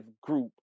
group